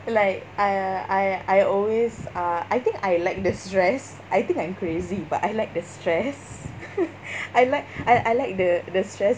like I I I always uh I think I like the stress I think I'm crazy but I like the stress I like I I like the the stress